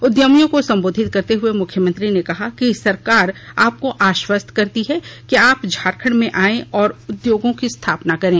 उद्मियों को सम्बोधित करते हुए मुख्यमंत्री ने कहा कि सरकार आपको आश्वस्त करती है कि आप झारखण्ड में आयें और उद्योगों की स्थापना करें